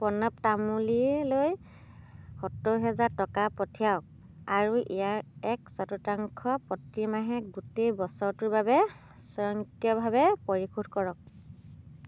প্ৰণৱ তামুলীলৈ সত্তৰ হাজাৰ টকা পঠিয়াওক আৰু ইয়াৰ এক চতুৰ্থাংশ প্ৰতিমাহে গোটেই বছৰটোৰ বাবে স্বয়ংক্ৰিয়ভাৱে পৰিশোধ কৰক